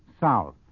South